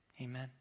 Amen